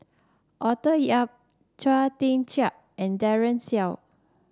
Arthur Yap Chia Tee Chiak and Daren Shiau